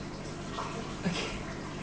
okay